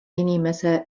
inimese